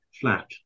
flat